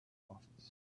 office